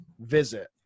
visit